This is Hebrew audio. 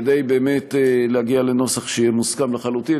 כדי באמת להגיע לנוסח שיהיה מוסכם לחלוטין.